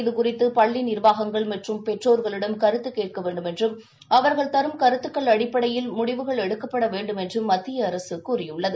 இதுகுறித்துபள்ளிநிர்வாகங்கள் மற்றும் பெற்றோர்களிடம் கருத்துகேட்கவேண்டும் என்றும் அவர்கள் தரும் கருத்துக்கள் அடிப்படையில் முடிவு எடுக்கவேண்டும் என்றும் மத்தியஅரசுகூறியுள்ளது